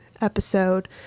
episode